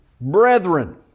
Brethren